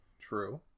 True